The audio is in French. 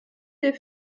des